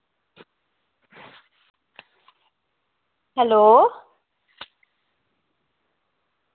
hello